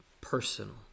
personal